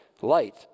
Light